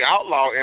outlaw